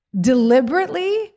deliberately